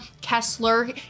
Kessler